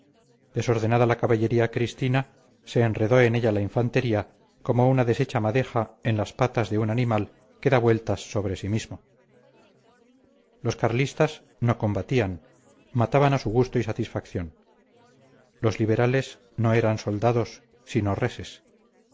desordenada la caballería cristina se enredó en ella la infantería como una deshecha madeja en las patas de un animal que da vueltas sobre sí mismo los carlistas no combatían mataban a su gusto y satisfacción los liberales no eran soldados sino reses